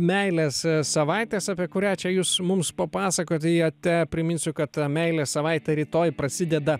meilės savaitės apie kurią čia jūs mums papasakojote priminsiu kad meilės savaitė rytoj prasideda